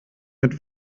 mit